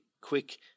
quick